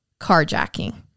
Carjacking